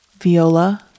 Viola